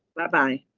bye-bye.